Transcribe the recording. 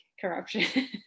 corruption